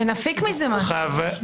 חבל, שנפיק מזה משהו.